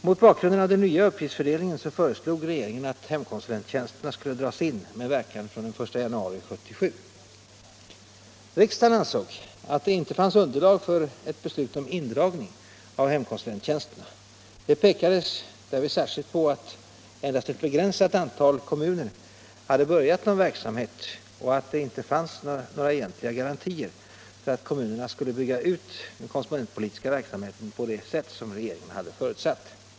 Mot bakgrund av den nya uppgiftsfördelningen föreslog regeringen att hemkonsulenttjänsterna skulle dras in med verkan från den 1 januari 1977. Riksdagen ansåg att det inte fanns underlag för ett beslut om indragning av hemkonsulenttjänsterna. Det pekades därvid särskilt på att endast ett begränsat antal kommuner hade börjat någon verksamhet och att det inte fanns några egentliga garantier för att kommunerna skulle bygga ut den konsumentpolitiska verksamheten på det sätt som regeringen hade förutsatt.